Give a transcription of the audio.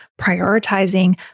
prioritizing